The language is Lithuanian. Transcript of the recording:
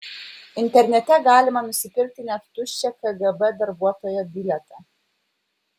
internete galima nusipirkti net tuščią kgb darbuotojo bilietą